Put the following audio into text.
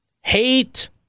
hate